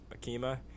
Akima